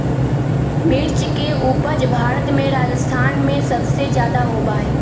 मिर्च के उपज भारत में राजस्थान में सबसे ज्यादा होबा हई